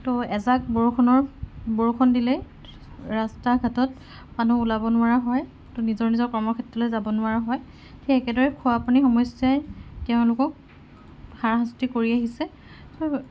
ত' এজাক বৰষুণত বৰষুণ দিলেই ৰাস্তা ঘাটত মানুহ ওলাব নোৱাৰা হয় নিজৰ নিজৰ কৰ্মক্ষেত্ৰলৈ যাব নোৱাৰা হয় সেই একেদৰেই খোৱাপানীৰ সমস্যাই তেওঁলোকক হাৰাশাস্তি কৰি আহিছে